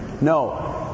No